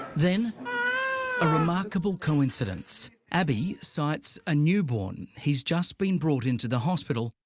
then a remarkable coincidence. abii sights a newborn. he's just been brought into the hospital,